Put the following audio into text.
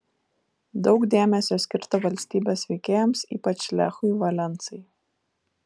daug dėmesio skirta valstybės veikėjams ypač lechui valensai